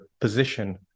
position